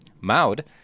Maud